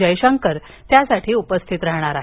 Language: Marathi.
जयशंकर त्यासाठी उपस्थित राहणार आहेत